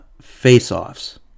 face-offs